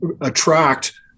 attract